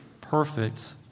perfect